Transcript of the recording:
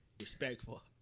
respectful